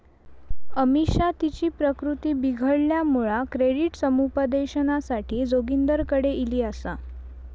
अमिषा तिची प्रकृती बिघडल्यामुळा क्रेडिट समुपदेशनासाठी जोगिंदरकडे ईली आसा